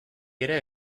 ere